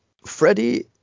freddie